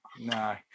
no